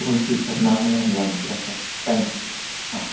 okay sir நானே வந்து வ வாங்கிக்கிறேன் sir thank you sir ah